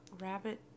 rabbit